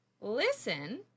listen